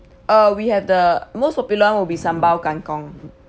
uh we have the most popular [one] will be sambal kang kong